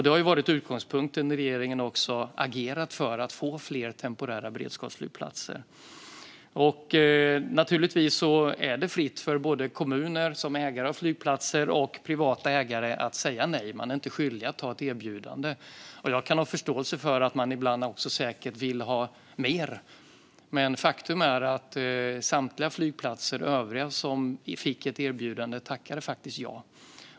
Det har varit utgångspunkten när regeringen har agerat för att få fram fler temporära beredskapsflygplatser. Naturligtvis är det fritt för både kommuner som ägare av flygplatser och privata ägare att säga nej. Man är inte skyldig att ta ett erbjudande. Jag kan ha förståelse för att man ibland också säkert vill ha mer. Men faktum är att samtliga övriga flygplatser som fick ett erbjudande tackade ja.